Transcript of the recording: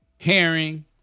Herring